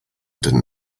didn’t